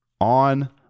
on